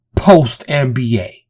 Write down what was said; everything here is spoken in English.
post-NBA